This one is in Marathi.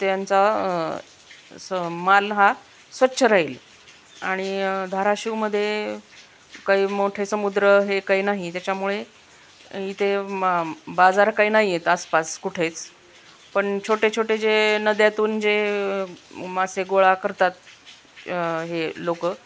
त्यांचा स माल हा स्वच्छ राहील आणि धाराशिवमधे काई मोठे समुद्र हे काही नाही त्याच्यामुळे इथे मा बाजार काही नाहीयेत आसपास कुठेच पण छोटे छोटे जे नद्यातून जे मासे गोळा करतात हे लोकं